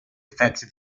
affects